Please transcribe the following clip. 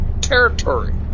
territory